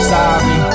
Sorry